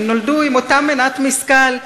הם נולדו עם אותה מנת משכל,